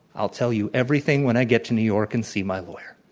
i'll tell you everything when i get to new york and see my lawyer.